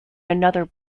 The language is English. another